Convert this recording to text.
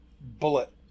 bullet